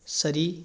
Surrey